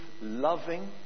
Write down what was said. loving